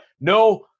no